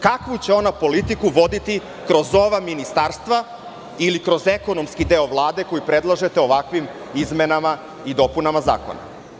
Kakvu će onu politiku voditi kroz ova ministarstva, ili kroz ekonomski deo Vlade koji predlažete ovakvim izmenama i dopunama zakona?